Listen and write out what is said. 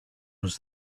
was